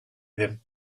him